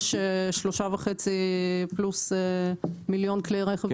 יש 3.5 מיליון ויותר כלי רכב.